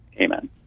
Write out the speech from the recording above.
Amen